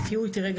תודה רבה